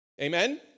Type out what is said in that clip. amen